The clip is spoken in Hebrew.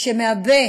שמהווה